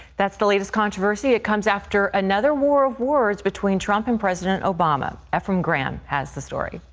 that's the latest controversy. it comes after another war of words between trump and president obama. efrem graham has the story